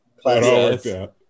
Classic